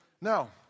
Now